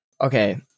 Okay